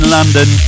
London